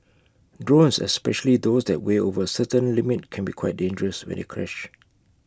drones especially those that weigh over A certain limit can be quite dangerous when they crash